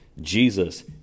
Jesus